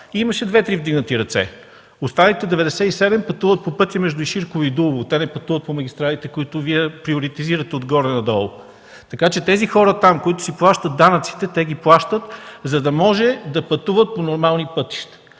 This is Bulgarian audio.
Имаше две-три вдигнати ръце. Останалите 97 пътуват по пътя между Иширково и Дулово. Те не пътуват по магистралите, които Вие приоритизирате отгоре на долу, така че тези хора там, които си плащат данъците, те ги плащат, за да могат да пътуват по нормални пътища.